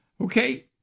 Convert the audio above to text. Okay